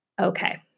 okay